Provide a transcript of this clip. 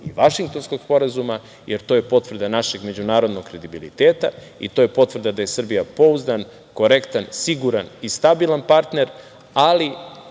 i Vašingtonskog sporazuma, jer to je potvrda našeg međunarodnog kredibiliteta i to je potvrda da je Srbija pouzdan, korektan, siguran i stabilan partner, ali